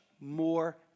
more